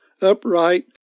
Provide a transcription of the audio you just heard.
upright